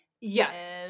Yes